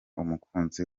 umukunzi